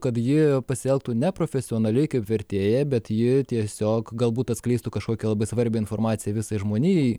kad ji pasielgtų ne profesionaliai kaip vertėja bet ji tiesiog galbūt atskleistų kažkokią labai svarbią informaciją visai žmonijai